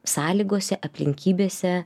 sąlygose aplinkybėse